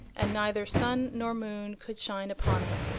and neither sun nor moon could shine upon it.